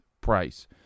Price